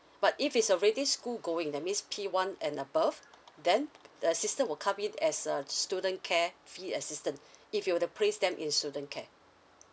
so but if it's already school going that means P one and above then the system will come it as a student care fee assistance if you were to place them in student care